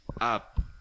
up